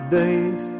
days